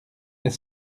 est